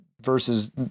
versus